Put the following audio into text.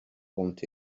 want